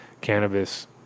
cannabis